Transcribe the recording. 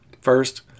First